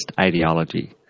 ideology